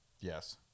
Yes